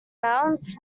mounts